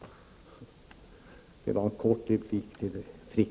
Det var bara en kort replik till Frick.